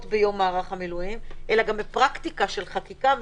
ביום מערך המילואים אלא גם בפרקטיקה של חקיקה,